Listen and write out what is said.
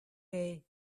day